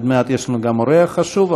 עוד מעט יש לנו גם אורח חשוב,